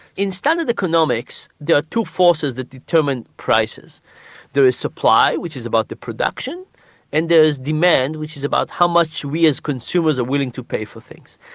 in standard economics there are two forces that determine prices there is supply which is about the production and there is demand which is about how much we as consumers are willing to pay for things.